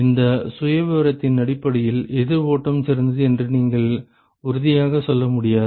இந்த சுயவிவரத்தின் அடிப்படையில் எதிர் ஓட்டம் சிறந்தது என்று நீங்கள் உறுதியாகச் சொல்ல முடியாது